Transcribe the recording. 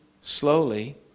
slowly